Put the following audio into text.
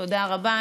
תודה רבה.